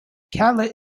catlett